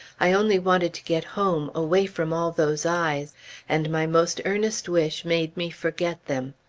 i only wanted to get home, away from all those eyes and my most earnest wish made me forget them.